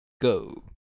Go